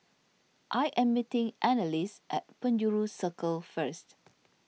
I am meeting Anneliese at Penjuru Circle First